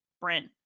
brent